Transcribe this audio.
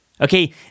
Okay